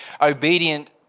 obedient